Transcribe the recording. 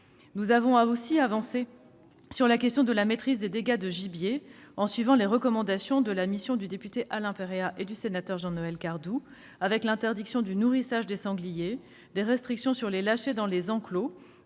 Nous avons aussi progressé sur la question de la maîtrise des dégâts de gibier, en suivant les recommandations de la mission du député Alain Perea et du sénateur Jean-Noël Cardoux : interdiction du nourrissage des sangliers et restriction des lâchers dans les enclos,